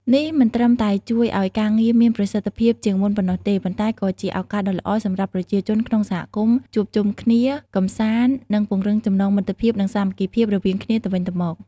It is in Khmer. នេះមិនត្រឹមតែជួយឲ្យការងារមានប្រសិទ្ធភាពជាងមុនប៉ុណ្ណោះទេ ប៉ុន្តែក៏ជាឱកាសដ៏ល្អសម្រាប់ប្រជាជនក្នុងសហគមន៍ជួបជុំគ្នា កម្សាន្ត និងពង្រឹងចំណងមិត្តភាព និងសាមគ្គីភាពរវាងគ្នាទៅវិញទៅមក។